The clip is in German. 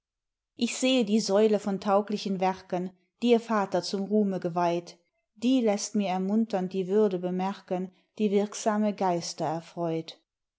ich sehe die säule von tauglichen werken dir vater zum ruhme geweiht die lässt mir ermunternd die würde bemerken die wirksame geister erfreut